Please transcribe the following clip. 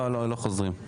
לא חוזרים.